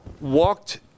walked